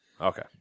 Okay